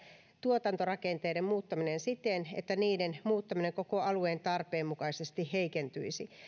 tuotantorakenteiden muuttaminen siten että niiden muuttaminen koko alueen tarpeen mukaisesti heikentyisi